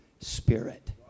spirit